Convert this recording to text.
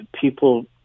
people